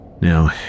Now